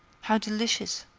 how delicious!